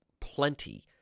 plenty